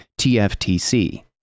TFTC